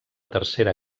tercera